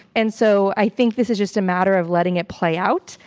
and so i think this is just a matter of letting it play out,